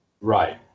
Right